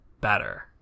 better